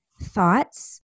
thoughts